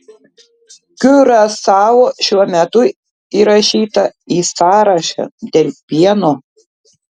kiurasao šiuo metu įrašyta į sąrašą dėl pieno